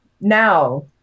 now